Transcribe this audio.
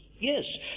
Yes